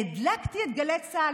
והדלקתי את גלי צה"ל.